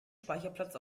speicherplatz